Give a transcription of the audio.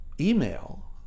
email